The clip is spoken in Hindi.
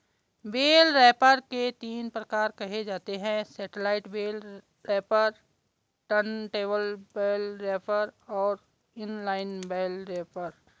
बेल रैपर के तीन प्रकार कहे जाते हैं satellite bale wrapper, turntable bale wrapper और इन लाइन बेल रैपर